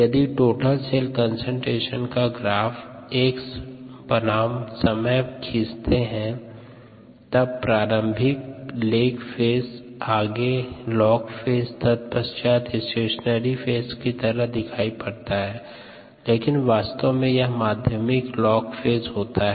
यदि total cell concentration का graph x बनाम समय खीचते हैं तब प्रारंभिक लेग फेज आगे लॉग फेज तत्पश्चात् स्टेशनरी फेज की तरह दिखाई पड़ता है लेकिन वास्तव में यह माध्यमिक लॉग फेज होता है